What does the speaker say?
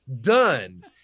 done